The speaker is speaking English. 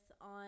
on